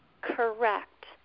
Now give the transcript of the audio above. correct